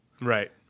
Right